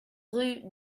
rue